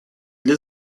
для